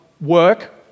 work